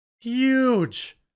huge